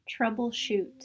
troubleshoot